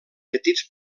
petits